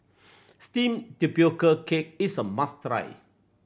steamed tapioca cake is a must try